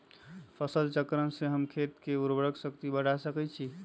फसल चक्रण से हम खेत के उर्वरक शक्ति बढ़ा सकैछि?